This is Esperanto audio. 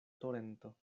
torento